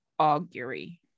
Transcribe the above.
Augury